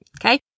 Okay